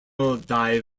velocity